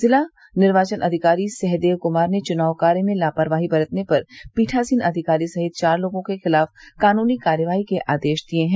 जिला निर्वाचन अधिकारी सहदेव कुमार ने चुनाव कार्य में लापरवाही बरतने पर पीठासीन अधिकारी सहित चार लोगों के खिलाफ कानूनी कार्रवाई के आदेश दिये हैं